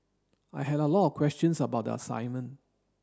I had a lot of questions about the assignment